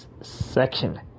section